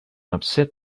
upset